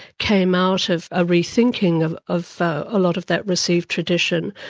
came out of a re-thinking of of a lot of that received tradition.